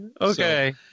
Okay